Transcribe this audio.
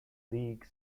league